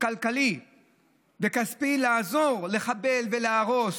כלכלי וכספי לעזור לחבל ולהרוס,